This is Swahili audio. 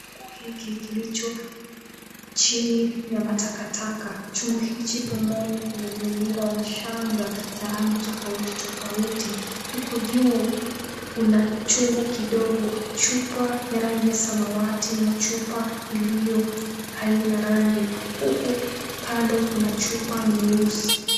Chungu hiki kilicho chini ya matakataka. Chungu hichi pomoni kimezingirwa na shanga za rangi tofauti tofauti. Huku juu kuna chungu kidogo, chupa ya rangi ya samawati na chupa iliyo haina rangi. Huku kando kuna chupa nyeusi.